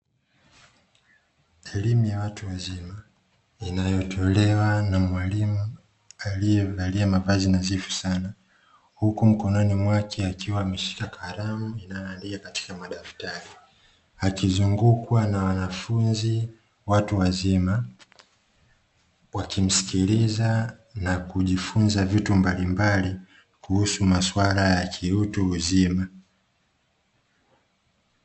Elimu ya watu wazima inayotolewa na mwalimu alievalia mavazi nadhifu sana, huku mkononi mwake akiwa ameshika kalamu anaandika katika madaftari, akizungukwa na wanafunzi watu wazima wakimsikiliza na kujifunza vitu mbalimbali kuhusu maswala ya kiutu uzima.